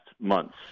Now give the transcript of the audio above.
months